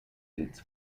its